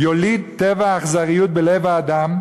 "יוליד טבע האכזריות בלב האדם,